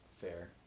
Fair